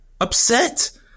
upset